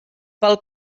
pel